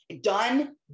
Done